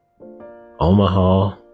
Omaha